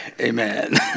Amen